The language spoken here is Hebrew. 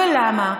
ולמה?